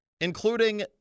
including